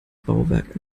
bauwerk